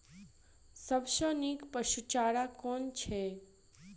सबसँ नीक पशुचारा कुन छैक?